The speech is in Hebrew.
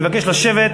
אני מבקש לשבת.